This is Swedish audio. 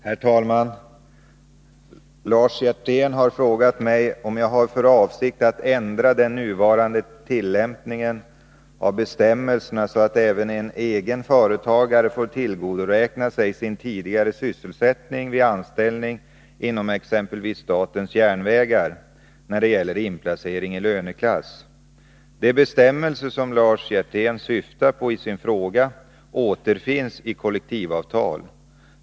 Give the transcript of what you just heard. Herr talman! Lars Hjertén har frågat mig om jag har för avsikt att ändra den nuvarande tillämpningen av bestämmelserna, så att även en egen företagare när det gäller inplacering i löneklass får tillgodoräkna sig sin tidigare sysselsättning vid anställning inom exempelvis statens järnvägar. De bestämmelser som Lars Hjertén syftar på i sin fråga återfinns i kollektivavtal.